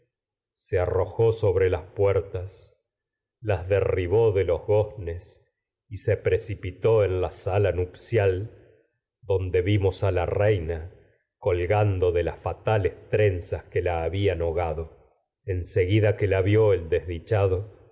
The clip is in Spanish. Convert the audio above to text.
se arrojó sobre precipitó de en las puertas las derribó de los a y se la sala nupcial donde vimos reina colgando las que fatales trenzas que la habían ahogado en seguida horrible tierra la vió el desdichado